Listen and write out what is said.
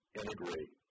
integrate